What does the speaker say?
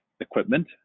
equipment